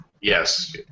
Yes